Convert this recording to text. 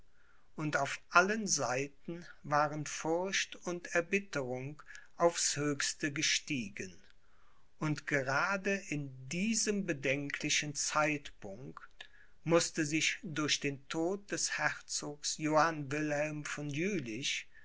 und auf allen seiten waren furcht und erbitterung aufs höchste gestiegen und gerade in diesem bedenklichen zeitpunkt mußte sich durch den tod des herzogs johann wilhelm von